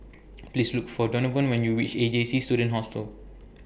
Please Look For Donavon when YOU REACH A J C Student Hostel